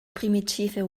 primitive